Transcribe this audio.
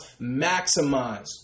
maximize